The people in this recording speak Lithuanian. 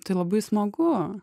tai labai smagu